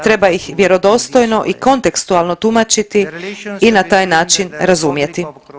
Treba ih vjerodostojno i kontekstualno tumačiti i na taj način razumjeti.